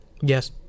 Yes